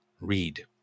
read